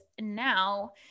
now